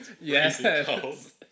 Yes